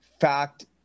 fact